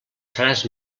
seràs